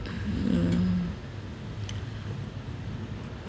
mm